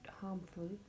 harmful